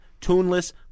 tuneless